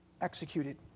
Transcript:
executed